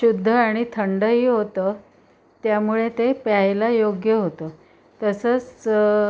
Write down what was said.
शुद्ध आणि थंडही होतं त्यामुळे ते प्यायला योग्य होतं तसंच